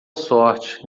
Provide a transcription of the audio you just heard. sorte